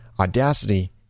Audacity